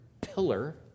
pillar